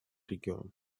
регион